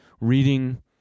reading